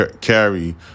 carry